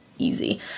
easy